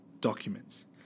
documents